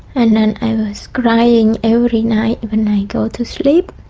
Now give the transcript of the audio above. and and i was crying every night when i go to sleep.